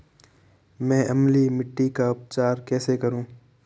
मैं अम्लीय मिट्टी का उपचार कैसे करूं?